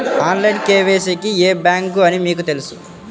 Online KYC కి ఏ bank అని మీకు తెలుసా?